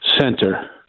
center